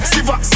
Siva